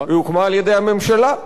היא הוקמה על-ידי הממשלה,